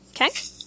Okay